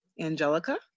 angelica